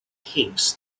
heaps